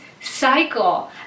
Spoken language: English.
cycle